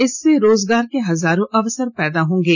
इससे रोजगार के हजारों अवसर पैदा होंगे